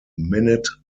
minute